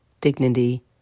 dignity